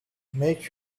make